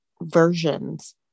versions